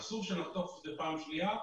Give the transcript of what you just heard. אסור שנחטוף את זה פעם שנייה,